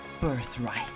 birthright